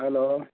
hello